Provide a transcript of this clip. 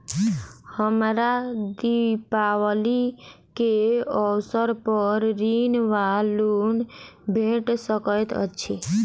हमरा दिपावली केँ अवसर पर ऋण वा लोन भेट सकैत अछि?